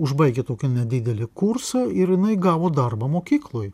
užbaigę tokį nedidelį kursą ir jinai gavo darbą mokykloj